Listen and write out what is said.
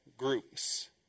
Groups